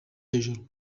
hejuru